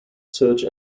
search